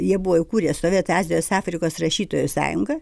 jie buvo įkūrę sovietų azijos afrikos rašytojų sąjungą